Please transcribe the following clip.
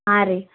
ಹಾಂ ರೀ